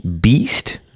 Beast